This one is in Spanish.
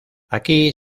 aquí